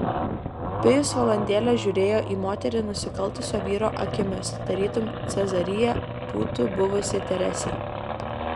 pijus valandėlę žiūrėjo į moterį nusikaltusio vyro akimis tarytum cezarija būtų buvusi teresė